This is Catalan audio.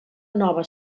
nova